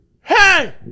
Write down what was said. Hey